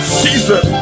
season